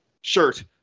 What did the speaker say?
shirt